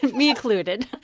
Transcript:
me included!